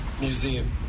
Museum